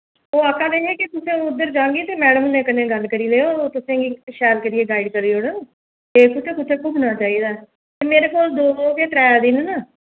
ओह् आखा दे हे तुसें उद्धर जागी ते मैडम हुंदे कन्नै गल्ल करी लैएओ ओह् तुसेंगी शैल करियै गाइड करी ओड़गन ते कु'त्थै कु'त्थै घुम्मना चाहिदा ते मेरे कोल दो गै त्रै दिन न